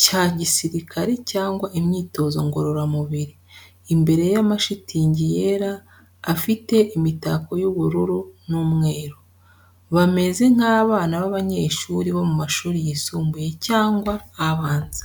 cya gisirikare cyangwa imyitozo ngororamubiri, imbere y’amashitingi yera afite imitako y’ubururu n'umweru. Bameze nk’abana b’abanyeshuri bo mu mashuri yisumbuye cyangwa abanza.